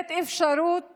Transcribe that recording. לתת אפשרות